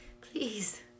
please